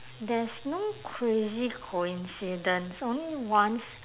there's no crazy coincidence only once